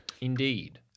indeed